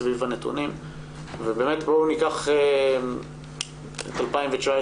סביב הנתונים ובאמת בואו ניקח את שנת 2019